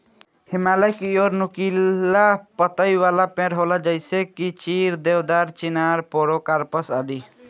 हिमालय की ओर नुकीला पतइ वाला पेड़ होला जइसे की चीड़, देवदार, चिनार, पोड़ोकार्पस आदि